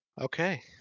Okay